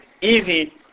easy